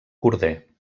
corder